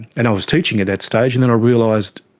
and i was teaching at that stage, and then i realised,